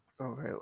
okay